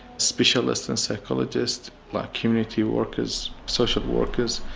specialists and psychologists like community workers, social workers,